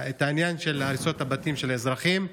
את העניין של הריסות הבתים של אזרחים,